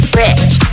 rich